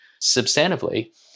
substantively